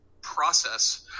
process